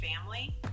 family